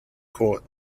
court